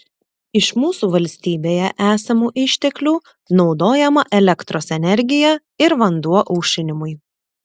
iš mūsų valstybėje esamų išteklių naudojama elektros energija ir vanduo aušinimui